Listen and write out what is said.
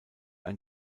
ein